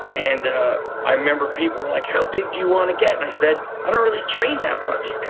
and ah i remember people were like, how big do you want to get? and i said, i don't really train that much.